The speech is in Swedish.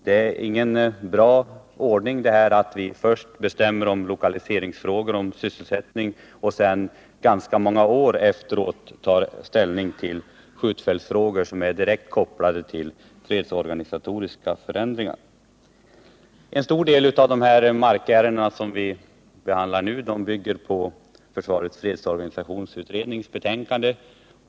Det är ingen bra ordning att vi först fattar beslut i fråga om lokalisering och därmed sysselsättning och sedan ganska många år efteråt tar ställning till skjutfältsfrågor som är direkt kopplade till fredsorganisatoriska förändringar. En stor del av de markärenden som vi behandlar nu bygger på försvarets fredsorganisationsutrednings betänkande.